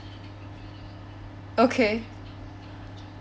okay